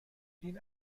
این